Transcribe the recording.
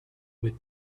with